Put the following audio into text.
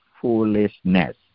foolishness